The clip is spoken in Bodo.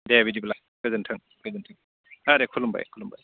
दे बिदिब्ला गोजोन्थों दे खुलुमबाय